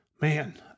man